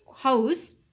house